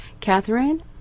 Catherine